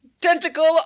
tentacle